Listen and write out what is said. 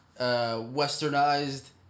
westernized